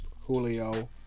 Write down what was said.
Julio